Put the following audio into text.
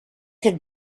could